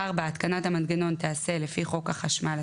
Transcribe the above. (4)התקנת המנגנון תעשה לפי חוק החשמל,